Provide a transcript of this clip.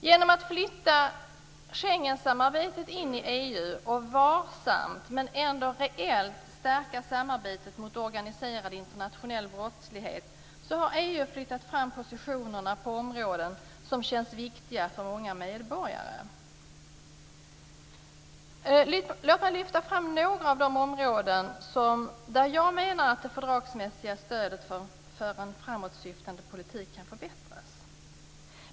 Genom att flytta Schengensamarbetet in i EU och varsamt men ändå reellt stärka samarbetet mot organiserad internationell brottslighet har EU flyttat fram positionerna på områden som känns viktiga för många medborgare. Låt mig lyfta fram några av de områden där jag menar att det fördragsmässiga stödet för en framåtsyftande politik kan förbättras.